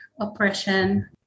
oppression